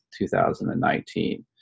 2019